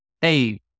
Hey